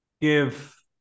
give